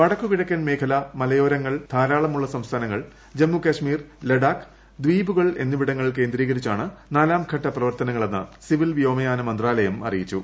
വടക്ക് കിഴക്കൻ മേഖല മലയോരങ്ങൾ ധാരാളമുള്ള സംസ്ഥാനങ്ങൾ ജമ്മു കശ്മീർ ലഡാക്ക് ദ്വീപുകൾ എന്നിവിടങ്ങൾ കേന്ദ്രീകരിച്ചാണ് നാലാം ഘട്ട പ്രവർത്തനങ്ങളെന്ന് സിവിൽ വ്യോമയാന മന്ത്രാലയം അറിയിച്ചു